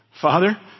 Father